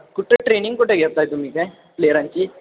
कुठं ट्रेनिंग कुठं घेत आहे तुम्ही काय प्लेयरांची